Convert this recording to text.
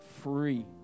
free